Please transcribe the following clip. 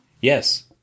Yes